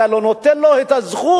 אתה לא נותן לו את הזכות